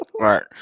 Right